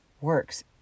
works